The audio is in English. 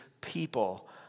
people